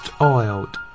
oiled